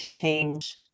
change